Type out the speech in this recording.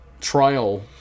trial